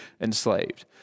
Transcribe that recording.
enslaved